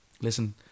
listen